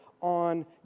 on